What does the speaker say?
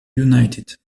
united